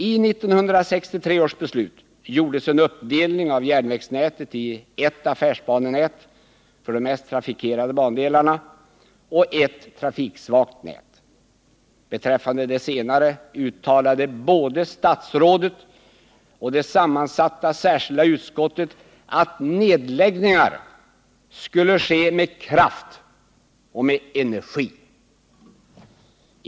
I 1963 års beslut gjordes en uppdelning av järnvägsnätet i ett affärsbanenät för de mest trafikerade bandelarna och ett trafiksvagt nät. Beträffande det senare uttalade både statsrådet och det sammansatta särskilda utskottet att nedläggningar skulle ske med kraft och energi.